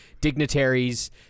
dignitaries